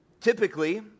Typically